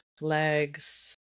legs